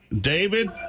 David